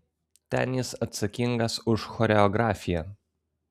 ten jis atsakingas už choreografiją